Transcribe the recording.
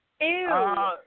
Ew